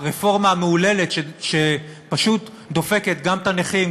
מהרפורמה ה"מהוללת" שפשוט דופקת גם את הנכים,